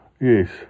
Yes